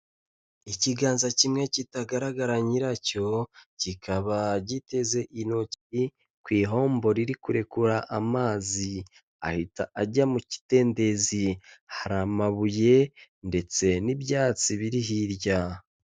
Ikiganza kimwe kitagaragara nyiracyo, kikaba giteze intoki ku ihombo riri kurekura amazi ahita ajya mu kidendezi. Hari amabuye ndetse n'ibyatsi biri hirya.